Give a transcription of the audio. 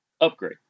upgrade